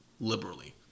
liberally